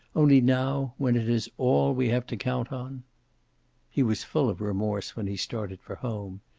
only now, when it is all we have to count on he was full of remorse when he started for home.